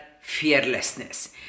fearlessness